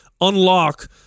unlock